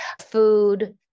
food